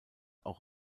auch